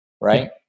Right